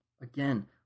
Again